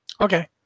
Okay